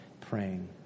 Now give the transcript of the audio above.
praying